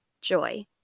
joy